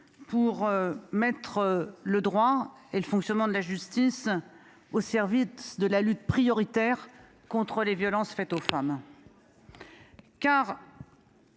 pour mettre le droit et le fonctionnement de la justice au service de la lutte, prioritaire, contre les violences faites aux femmes ? Car,